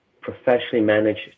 professionally-managed